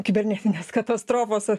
kibernetinės katastrofos